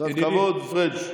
קצת כבוד, פריג'.